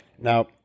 Now